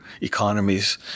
economies